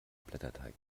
blätterteig